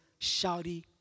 shouty